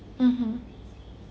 mmhmm